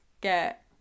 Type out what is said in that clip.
get